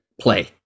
play